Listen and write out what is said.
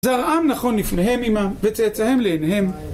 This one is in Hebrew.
זה הרעם נכון לפניהם, אמא, וצאצאיהם לעיניהם.